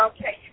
Okay